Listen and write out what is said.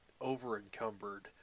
over-encumbered